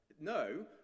No